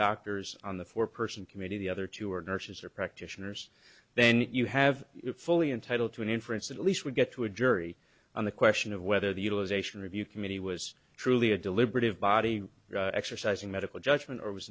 doctors on the four person committee the other two are nurses or practitioners then you have it fully entitled to an inference at least we'll get to a jury on the question of whether the utilization review committee was truly a deliberative body exercising medical judgment or was